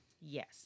Yes